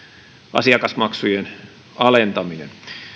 asiakasmaksujen alentaminen